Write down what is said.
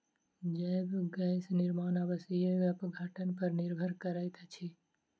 जैव गैस निर्माण अवायवीय अपघटन पर निर्भर करैत अछि